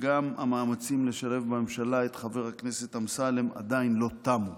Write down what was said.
שגם המאמצים לשלב בממשלה את חבר הכנסת אמסלם עדיין לא תמו.